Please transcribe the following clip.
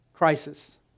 Crisis